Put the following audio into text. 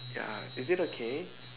ya is it okay